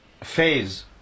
phase